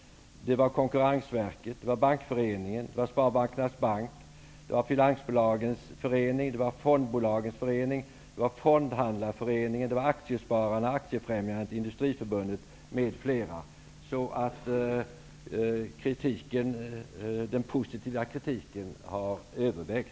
Det var Finansinspektionen, Aktiefrämjandet, Industriförbundet m.fl. Så den positiva kritiken har övervägt.